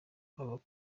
avuga